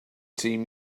team